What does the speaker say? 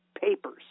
papers